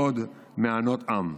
עוד מענות עם".